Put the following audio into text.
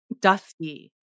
dusty